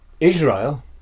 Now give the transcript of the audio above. Israel